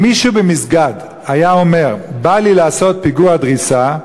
אם מישהו במסגד היה אומר: "בא לי לעשות פיגוע דריסה",